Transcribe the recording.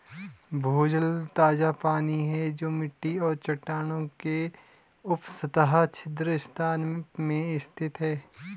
भूजल ताजा पानी है जो मिट्टी और चट्टानों के उपसतह छिद्र स्थान में स्थित है